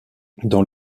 dans